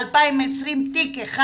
ב-2020 תיק אחד.